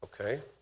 okay